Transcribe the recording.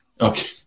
Okay